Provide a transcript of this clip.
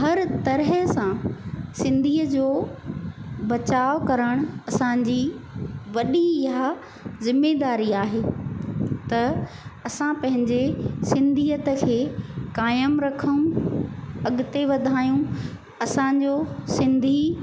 हर तरह सां सिंधीअ जो बचाव करण असांजी वॾी इहा ज़िम्मेदारी आहे त असां पंहिंजे सिंधीयत खे काइमु रखूं अॻिते वधायूं असांजो सिंधी